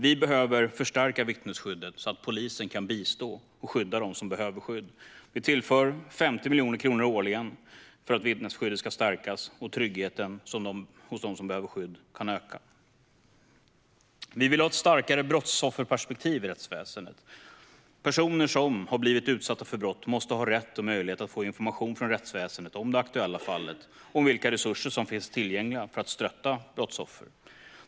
Vi behöver förstärka vittnesskyddet så att polisen kan bistå och skydda dem som behöver skydd. Vi tillför 50 miljoner kronor årligen för att vittnesskyddet ska stärkas så att tryggheten hos dem som behöver skydd kan öka. Centerpartiet vill ha ett starkare brottsofferperspektiv i rättsväsendet. Personer som har blivit utsatta för brott måste ha rätt och möjlighet att få information från rättsväsendet om det aktuella fallet och om vilka resurser som finns tillgängliga för att stötta brottsoffret.